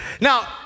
Now